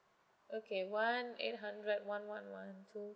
okay one eight hundred one one one two